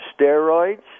steroids